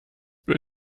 bin